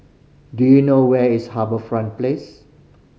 do you know where is HarbourFront Place